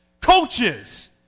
coaches